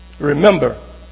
Remember